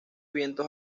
vientos